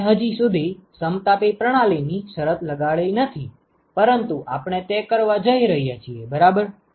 આપણે હજી સુધી સમતાપી પ્રણાલી ની શરત લગાડી નથી પરંતુ આપણે તે કરવા જઇ રહ્યા છીએ બરાબર